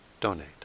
donate